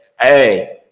hey